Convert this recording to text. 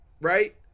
right